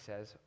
says